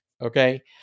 okay